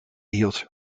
hield